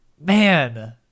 Man